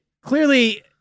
Clearly